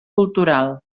cultural